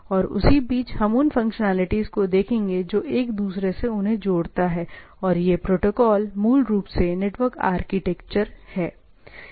और उसी बीच हम उन फंक्शनैलिटीज को देखेंगे जो एक दूसरे से उन्हें जोड़ता है और ये प्रोटोकॉल मूल रूप से नेटवर्क आर्किटेक्चर है